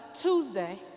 Tuesday